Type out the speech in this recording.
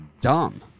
dumb